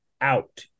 out